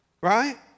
Right